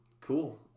Cool